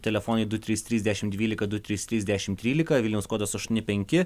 telefonai du trys trys dešim dvylika du trys trys dešim trylika vilniaus kodas aštuoni penki